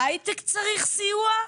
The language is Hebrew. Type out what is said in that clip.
ההייטק צריך סיוע?